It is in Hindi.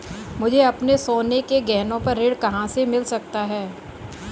मुझे अपने सोने के गहनों पर ऋण कहां से मिल सकता है?